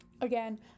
again